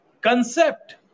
concept